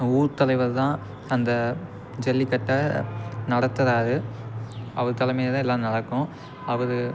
ஊர் தலைவர் தான் அந்த ஜல்லிக்கட்டை நடத்துறார் அவர் தலைமையில் தான் எல்லாம் நடக்கும் அவர்